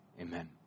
amen